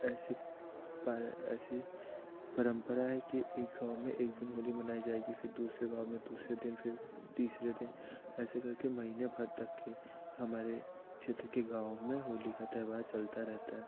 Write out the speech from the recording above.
ऐसी पा ऐसी परंपरा है कि एक गाँव में एक दिन होली मनाई जाएगी फिर दूसरे गाँव में दूसरे दिन फिर तीसरे दिन ऐसे कर के महीने भर तक के हमारे क्षेत्र के गाँव में होली का त्यौहार चलता रहता है